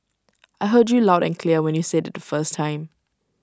I heard you loud and clear when you said IT the first time